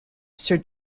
sir